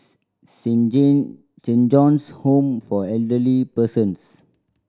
Saint John's Home for Elderly Persons